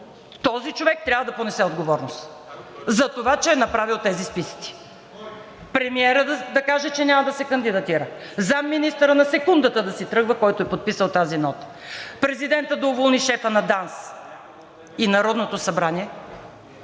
Този човек трябва да понесе отговорност за това, че е направил тези списъци. Премиерът да каже, че няма да се кандидатира, заместник министърът на секундата да си тръгва, който е подписал тази нота, президентът да уволни шефа на ДАНС и Народното събрание